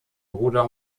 bruder